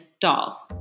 doll